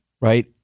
right